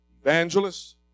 evangelists